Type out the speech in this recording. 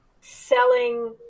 selling